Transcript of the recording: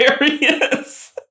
hilarious